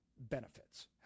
Benefits